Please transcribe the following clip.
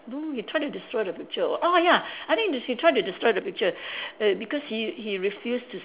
don't know he try to destroy the picture or what oh ya I think he try to destroy the picture err because he he refuse to